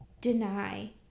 deny